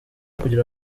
kugira